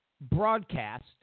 broadcast